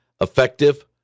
effective